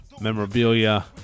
memorabilia